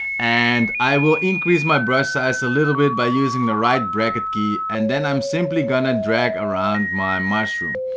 and i will increase my brush size a little bit by using the right bracket key and then i'm simply gonna drag around my mushroom.